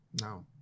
No